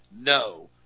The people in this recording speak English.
no